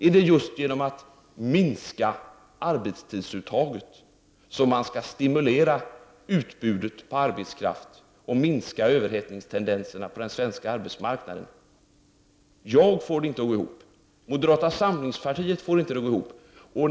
Är det just genom att minska arbetstidsuttaget som man skall stimulera utbudet av arbetskraft och minska överhett ningstendenserna på den svenska arbetsmarknaden? Varken jag eller moderata samlingspartiet får detta att gå ihop.